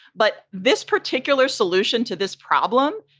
but this particular solution to this problem,